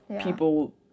people